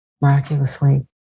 miraculously